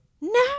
No